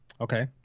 Okay